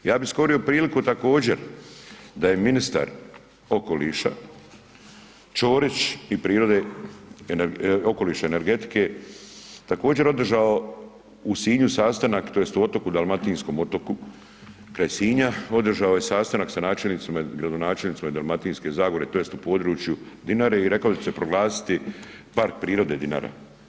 Ja bi iskoristio priliku također da je okoliša Ćorić i prirode, okoliša i energetike također održao u Sinju sastanak tj. u Otoku, dalmatinskom Otoku kraj Sinja, održao je sastanak sa načelnicima i gradonačelnicima iz Dalmatinske zagore tj. u području Dinare i rekao da će se proglasiti park prirode Dinara.